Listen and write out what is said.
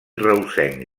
reusenc